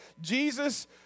Jesus